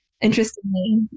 interestingly